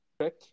trick